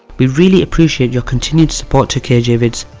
we really appreciate your continued support to kj vids.